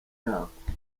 yako